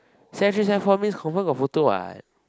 sec three sec four means confirm got photo [what]